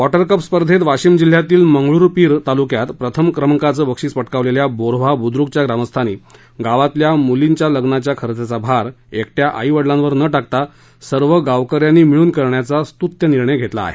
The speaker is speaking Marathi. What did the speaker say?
वॉटरकप स्पर्धेत वाशिम जिल्ह्यातील मंगरुळपीर तालुक्यात प्रथम क्रमांकाचं बक्षीस पटकावलेल्या बोरव्हा बुद्रुकच्या ग्रामस्थांनी गावातील मुलीच्या लग्नाच्या खर्चाचा भार एकट्या आईवडीलांवर न टाकता सर्व गावक यांना मिळून करण्यांचा स्तृत्य निर्णय घेतला आहे